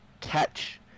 catch